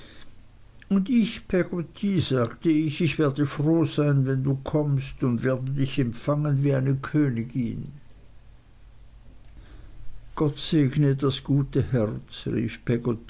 und ich peggotty sagte ich ich werde so froh sein wenn du kommst und werde dich empfangen wie eine königin gott segne das gute herz rief